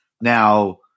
Now